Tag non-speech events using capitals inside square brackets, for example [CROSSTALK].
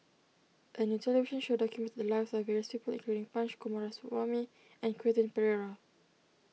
a new television show documented the lives of various people [NOISE] including Punch Coomaraswamy and Quentin Pereira